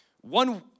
one